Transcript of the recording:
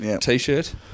t-shirt